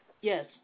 Yes